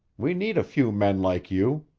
we need a few men like you.